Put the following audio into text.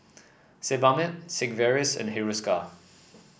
Sebamed Sigvaris and Hiruscar